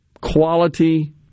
quality